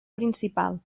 principal